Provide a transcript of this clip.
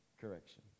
correction